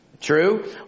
true